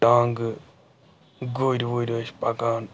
ٹانٛگہٕ گُرۍ وُرۍ ٲسۍ پَکان